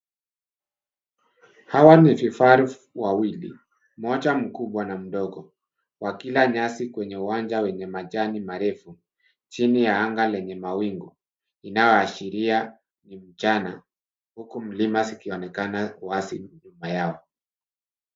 Hawa ni vifaru wawili. Mmoja mkubwa na mdogo, wakila nyasi kwenye uwanja wenye majani marefu chini ya anga lenye mawingu, inayoashiria ni mchana, huku mlima zikionekana wazi nyuma yao.